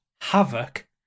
havoc